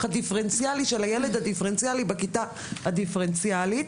הדיפרנציאלי של הילד הדיפרנציאלי בכיתה הדיפרנציאלית,